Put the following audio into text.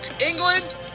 England